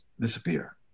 disappear